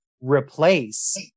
replace